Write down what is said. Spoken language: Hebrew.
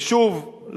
ושוב,